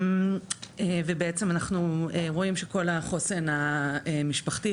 ובעצם אנחנו רואים שכל החוסן המשפחתי,